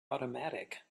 automatic